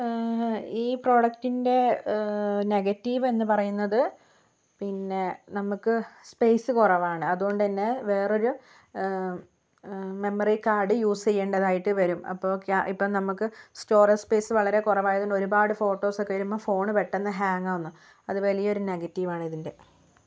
ഈ പ്രൊഡക്റ്റിൻ്റെ നെഗറ്റീവ് എന്ന് പറയുന്നത് പിന്നെ നമുക്ക് സ്പേസ് കുറവാണ് അത് കൊണ്ട് തന്നെ വേറൊര് മെമ്മറി കാർഡ് യൂസ് ചെയ്യണ്ടതായിട്ട് വരും അപ്പോൾ ക്യാ ഇപ്പോൾ നമുക്ക് സ്റ്റോറേജ് സ്പേസ് വളരെ കുറവായത് കൊണ്ട് ഒരുപാട് ഫോട്ടോസൊക്കെ വരുമ്പോൾ ഫോണ് പെട്ടെന്ന് ഹാങ്ങ് ആകുന്നു അത് വലിയൊരു നെഗറ്റീവാണ് ഇതിൻ്റെ